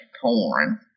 porn